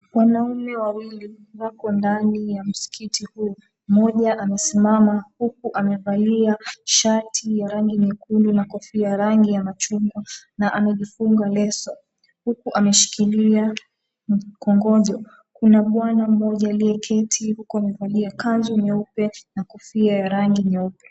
Wanaume wawili, wako ndani ya msikiti huu. Mmoja amesimama, huku amevalia kati ya rangi nyekundu na kofia rangi ya machungwa, na amejifunga leso huku ameshikilia mkongojo. Kuna bwana mmoja aliyeketi, huku amevalia kanzu nyeupe na kofia ya rangi nyeupe.